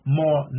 more